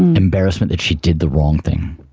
embarrassment that she did the wrong thing,